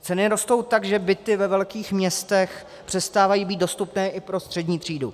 Ceny rostou tak, že byty ve velkých městech přestávají být dostupné i pro střední třídu.